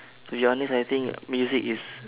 to be honest I think music is